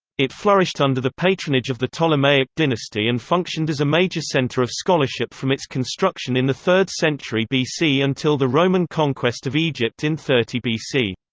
it flourished under the patronage of the ptolemaic dynasty and functioned as a major center of scholarship from its construction in the third century bc until the roman conquest of egypt in thirty bc.